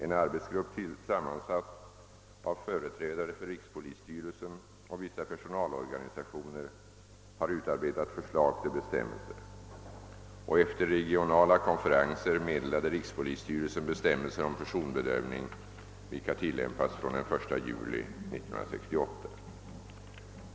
En arbetsgrupp sammansatt av företrädare för rikspolisstyrelsen och vissa personalorganisationer har utarbetat förslag till bestämmelser. Efter regionala konferenser meddelade rikspolisstyrelsen bestämmelser om personbedömning, vilka tillämpas från den 1 juli 1968.